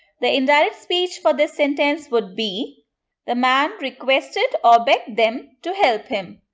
the indirect speech for this sentence would be the man requested ah begged them to help him.